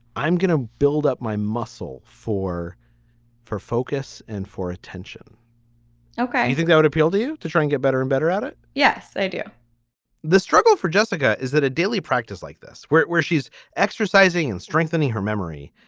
i'm going to build up my muscle for four focus and for attention ok. you think that would appeal to you to try and get better and better at it? yes, i do the struggle for jessica is that a daily practice like this, where it where she's exercising and strengthening her memory.